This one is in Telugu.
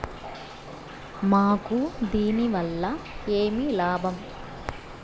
మాకు దీనివల్ల ఏమి లాభం